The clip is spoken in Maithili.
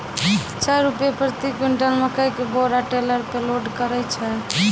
छह रु प्रति क्विंटल मकई के बोरा टेलर पे लोड करे छैय?